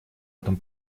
этом